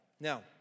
Now